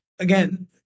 Again